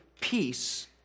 Peace